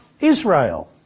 Israel